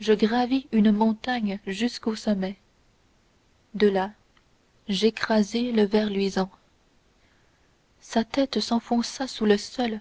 je gravis une montagne jusqu'au sommet de là j'écrasai le ver luisant sa tête s'enfonça sous le sol